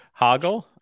hoggle